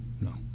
No